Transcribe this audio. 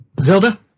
Zelda